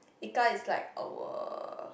Ika is like our